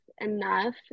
enough